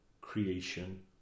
Creation